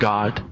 God